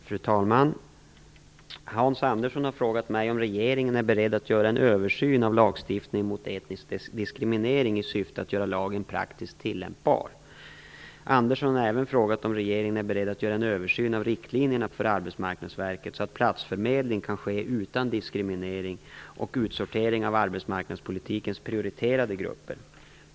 Fru talman! Hans Andersson har frågat mig om regeringen är beredd att göra en översyn av lagstiftningen mot etnisk diskriminering i syfte att göra lagen praktiskt tillämpbar. Andersson har även frågat om regeringen är beredd att göra en översyn av riktlinjerna för Arbetsmarknadsverket så att platsförmedling kan ske utan diskriminering och utsortering av arbetsmarknadspolitikens prioriterade grupper.